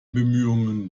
bemühungen